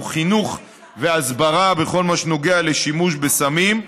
הוא חינוך והסברה בכל מה שנוגע לשימוש בסמים.